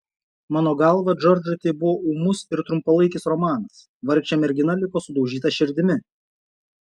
mano galva džordžui tai buvo ūmus ir trumpalaikis romanas vargšė mergina liko sudaužyta širdimi